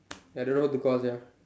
I don't know who to call sia